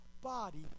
body